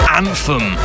anthem